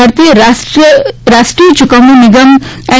ભારતીય રાષ્ટ્રીય ચૂકવણી નિગમ એન